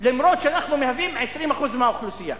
אף-על-פי שאנחנו מהווים 20% מהאוכלוסייה.